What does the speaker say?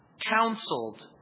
counseled